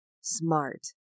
smart